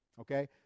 Okay